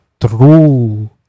true